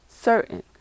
certain